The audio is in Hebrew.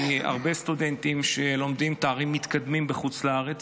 כי הרבה סטודנטים שלומדים לתארים מתקדמים בחוץ לארץ,